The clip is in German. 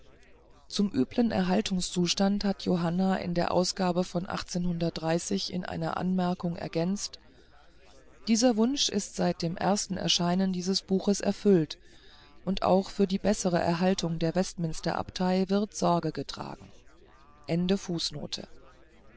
zum üblen erhaltungszustand hat johanna in der ausgabe von in einer anmerkung ergänzt dieser wunsch ist seit dem ersten erscheinen dieses buches erfüllt und auch für die bessere erhaltung der westminsterabtei wird sorge getragen